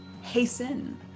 hasten